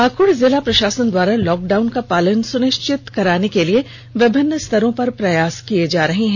पाक्ड़ जिला प्रषासन द्वारा लॉकडाउन का पालन सुनिष्चित कराने के लिए विभिन्न स्तरों पर प्रयास किया जा रहा है